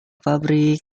pabrik